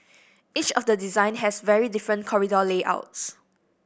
each of the design has very different corridor layouts